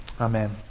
Amen